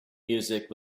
music